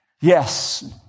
Yes